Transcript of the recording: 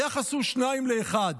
היחס הוא שניים לאחד: